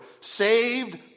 saved